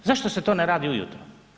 Zašto se to ne radi ujutro?